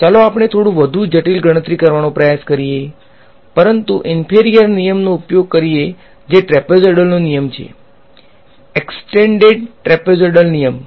ચાલો આપણે થોડું વધુ જટીલ ગણતરી કરવાનો પ્રયાસ કરીએ પરંતુ ઈંફેરીયર નિયમનો ઉપયોગ કરીએ જે ટ્રેપેઝોઈડલ નિયમ છે એક્સ્ટેંડેડ ટ્રેપેઝોઈડલ નિયમ